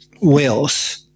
Wales